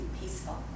peaceful